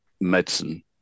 medicine